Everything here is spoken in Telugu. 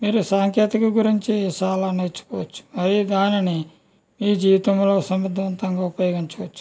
మీరు సాంకేతికత గురించి చాలా నేర్చుకోవచ్చు అదే దానిని మీ జీవితంలో సమర్థవంతంగా ఉపయోగించవచ్చు